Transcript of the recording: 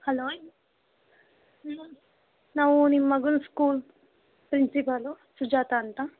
hello ನಾವು ನಿಮ್ಮ ಮಗನ ಸ್ಕೂಲ್ ಪ್ರಿನ್ಸಿಪಾಲು ಸುಜಾತಾ ಅಂತ